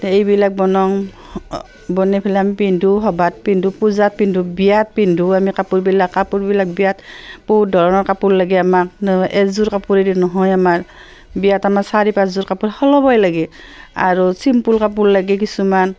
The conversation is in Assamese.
এইবিলাক বনাওঁ বনাই পেলাই আমি পিন্ধোঁ সভাত পিন্ধোঁ পূজাত পিন্ধোঁ বিয়াত পিন্ধোঁ আমি কাপোৰবিলাক কাপোৰবিলাক বিয়াত বহুত ধৰণৰ কাপোৰ লাগে আমাক এযোৰ কাপোৰেদি নহয় আমাৰ বিয়াত আমাৰ চাৰি পাঁচযোৰ কাপোৰ সলবই লাগে আৰু চিম্পুল কাপোৰ লাগে কিছুমান